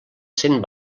sent